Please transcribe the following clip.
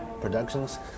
productions